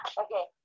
okay